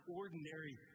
ordinary